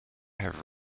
have